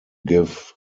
give